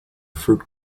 fruit